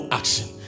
action